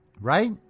right